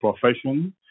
profession